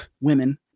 women